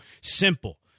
Simple